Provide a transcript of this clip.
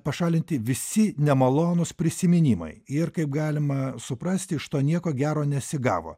pašalinti visi nemalonūs prisiminimai ir kaip galima suprasti iš to nieko gero nesigavo